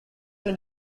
been